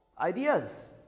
ideas